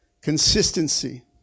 Consistency